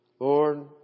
Lord